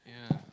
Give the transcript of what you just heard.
yeah